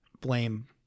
blame